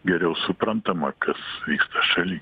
geriau suprantama kas vyksta šaly